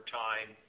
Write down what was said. time